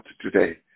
today